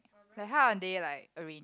like how are they like arranged